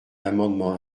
amendement